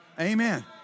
Amen